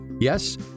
yes